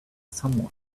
someone